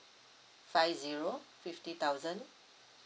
five zero fifty thousand